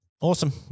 Awesome